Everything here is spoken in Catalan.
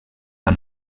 amb